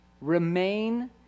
Remain